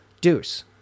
Deuce